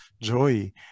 joy